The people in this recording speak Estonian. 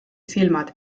silmad